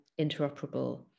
interoperable